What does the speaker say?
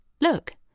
Look